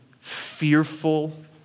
fearful